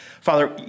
Father